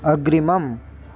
अग्रिमम्